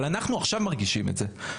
אבל אנחנו עכשיו מרגישים את זה.